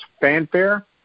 Fanfare